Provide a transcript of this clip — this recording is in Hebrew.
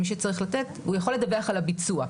הוא יכול לדווח על הביצוע,